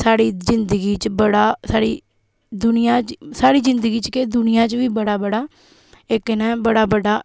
स्हाड़ी जिंदगी च बड़ा स्हाड़ी दुनिया च स्हाड़ी जिंदगी च के दुनिया च बी बड़ा बड़ा इक इ'नें बड़ा बड्डा